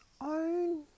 own